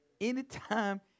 Anytime